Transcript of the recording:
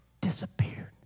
disappeared